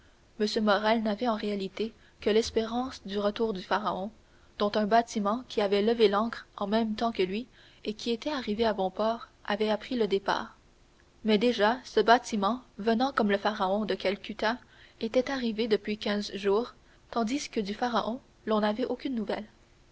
morrel n'avait en réalité que l'espérance du retour du pharaon dont un bâtiment qui avait levé l'ancre en même temps que lui et qui était arrivé à bon port avait appris le départ mais déjà ce bâtiment venant comme le pharaon de calcutta était arrivé depuis quinze jours tandis que du pharaon l'on n'avait aucune nouvelle